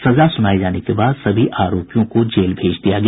सजा सुनाए जाने के बाद सभी आरोपियों को जेल भेज दिया गया